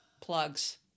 Plugs